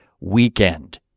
weekend